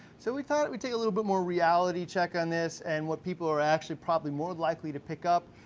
so we thought we'd take a little bit more reality check on this, and what people are actually probably more likely to pick up.